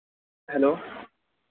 hello